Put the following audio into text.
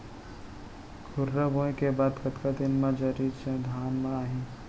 खुर्रा बोए के बाद कतका दिन म जरी धान म आही?